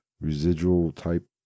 residual-type